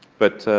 but,